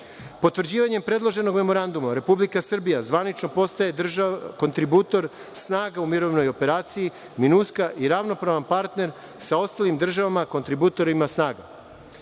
„Minuska“.Potvrđivanjem predloženog memoranduma Republika Srbija zvanično postaje kontributor snaga u Mirovnoj operaciji „Minuska“ i ravnopravan partner sa ostalim državama, kontributorima